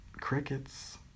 crickets